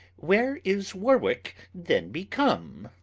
where is warwicke then become?